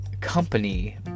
company